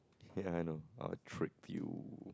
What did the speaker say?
ya I know I will trip you